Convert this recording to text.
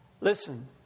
listen